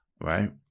right